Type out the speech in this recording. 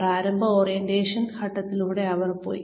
പ്രാരംഭ ഓറിയന്റേഷൻ ഘട്ടത്തിലൂടെ അവർ പോയി